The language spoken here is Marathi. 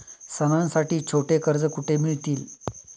सणांसाठी छोटी कर्जे कुठे मिळतील?